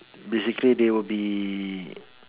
basically they will be